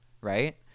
Right